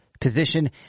position